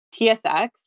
TSX